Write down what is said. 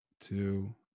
Two